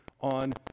on